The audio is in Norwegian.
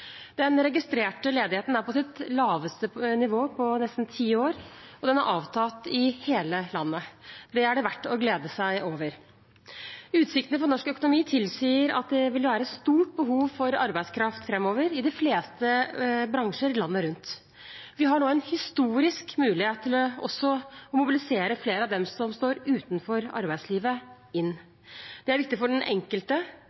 Den registrerte ledigheten er på sitt laveste nivå på nesten ti år, og den har avtatt i hele landet. Det er det verdt å glede seg over. Utsiktene for norsk økonomi tilsier at det vil være stort behov for arbeidskraft framover i de fleste bransjer landet rundt. Vi har nå en historisk mulighet til også å mobilisere flere av dem som står utenfor arbeidslivet,